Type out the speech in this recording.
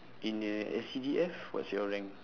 in your S_C_D_F what's your rank